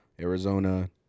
Arizona